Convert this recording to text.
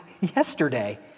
yesterday